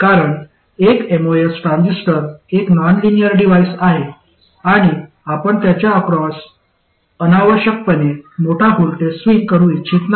कारण एक MOS transistor एक नॉन लिनिअर डिव्हाइस आहे आणि आपण त्याच्या अक्रॉस अनावश्यकपणे मोठा व्होल्टेज स्विंग करू इच्छित नाही